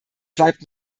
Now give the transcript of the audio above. bleibt